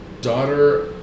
daughter